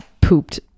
pooped